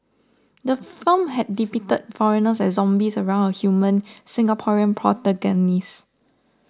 the film had depicted foreigners as zombies around a human Singaporean protagonist